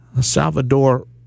Salvador